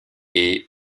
est